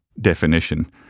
definition